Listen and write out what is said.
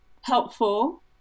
helpful